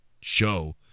show